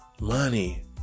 money